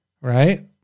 Right